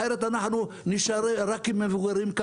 אחרת אנחנו נישאר כאן רק עם מבוגרים,